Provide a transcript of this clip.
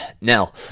now